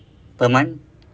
per month